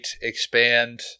expand